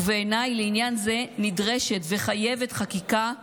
ובעיניי לעניין זה נדרשת ומתחייבת חקיקה לאומית,